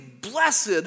blessed